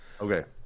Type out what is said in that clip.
Okay